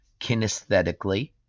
kinesthetically